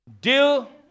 Deal